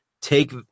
take